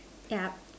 yeah